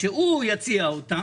שהוא יציע אותה